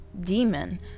demon